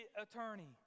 attorney